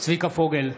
צביקה פוגל,